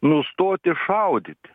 nustoti šaudyti